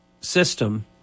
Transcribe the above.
system